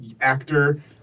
actor